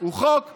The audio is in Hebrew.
הוא חוק הגיוס.